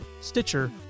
Stitcher